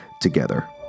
together